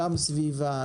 גם סביבה,